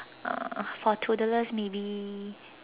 uh for toddlers maybe